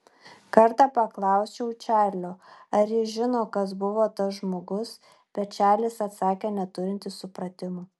kartą paklausiau čarlio ar jis žino kas buvo tas žmogus bet čarlis atsakė neturintis supratimo